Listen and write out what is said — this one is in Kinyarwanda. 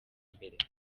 imbere